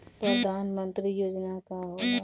परधान मंतरी योजना का होला?